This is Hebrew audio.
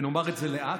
ונאמר את זה לאט: